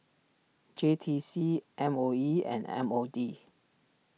J T C M O E and M O D